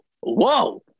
whoa